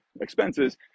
expenses